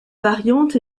variante